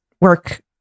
work